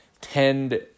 tend